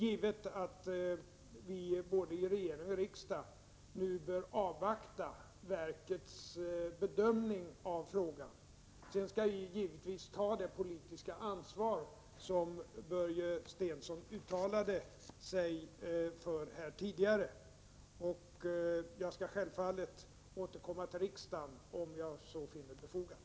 Det är givet att regering och riksdag nu bör avvakta verkets bedömning av frågan. Sedan skall vi givetvis ta det politiska ansvar som Börje Stensson uttalade sig för här tidigare. Jag skall självfallet återkomma till riksdagen om jag så finner befogat.